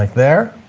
like there